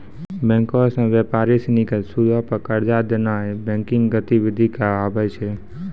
बैंको से व्यापारी सिनी के सूदो पे कर्जा देनाय बैंकिंग गतिविधि कहाबै छै